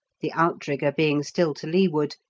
the outrigger being still to leeward,